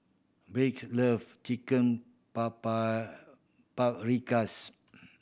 Brigid love Chicken Paprikas